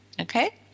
okay